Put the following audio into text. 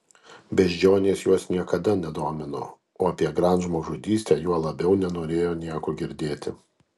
beždžionės jos niekada nedomino o apie grand žmogžudystę juo labiau nenorėjo nieko girdėti